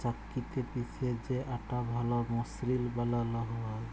চাক্কিতে পিসে যে আটা ভাল মসৃল বালাল হ্যয়